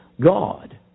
God